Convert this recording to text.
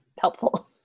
helpful